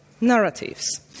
narratives